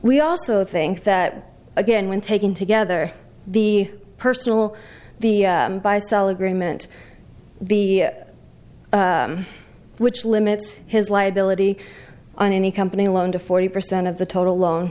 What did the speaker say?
we also think that again when taken together the personal the buy sell agreement the which limits his liability on any company loan to forty percent of the total loan